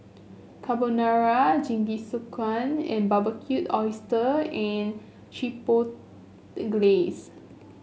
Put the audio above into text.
Carbonara Jingisukan and Barbecued Oyster and Chipotle Glaze